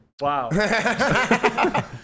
Wow